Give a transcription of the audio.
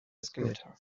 scimitar